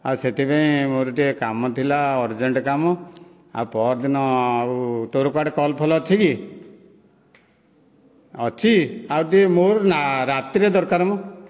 ଆଉ ସେଥିପାଇଁ ମୋର ଟିକିଏ କାମ ଥିଲା ଅର୍ଜେଣ୍ଟ କାମ ଆଉ ପରଦିନ ଆଉ ତୋର କୁଆଡ଼େ କିଛି କଲ୍ଫଲ୍ ଅଛି କି ଅଛି ଆଉ ଟିକିଏ ମୋର ରାତିରେ ଦରକାର ମ